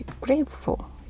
grateful